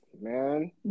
Man